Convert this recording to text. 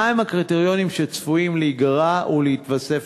מה הם הקריטריונים שצפויים להיגרע ולהתווסף,